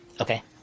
Okay